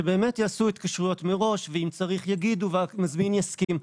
שבאמת יעשו התקשרויות מראש ואם צריך יגידו והמזמין יסכים.